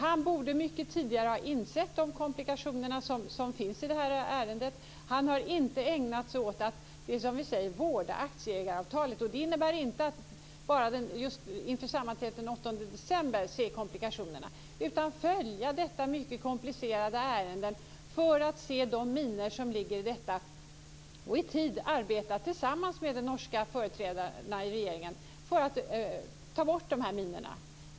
Han borde mycket tidigare har insett de komplikationer som finns i det här ärendet. Han har inte ägnat sig åt att vårda aktieägaravtalet. Det innebär inte att bara se komplikationerna inför sammanträdet den 8 december utan att följa detta mycket komplicerade ärende för att se de minor som fanns och i tid arbeta tillsammans med företrädare för den norska regeringen för att ta bort dessa minor.